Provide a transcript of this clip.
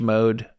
Mode